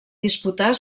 disputar